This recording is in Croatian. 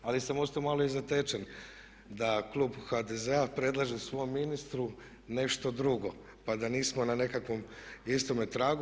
Ali sam ostao malo i zatečen da klub HDZ-a predlaže svom ministru nešto drugo, pa da nismo na nekakvom istome tragu.